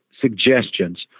suggestions